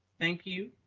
thank you,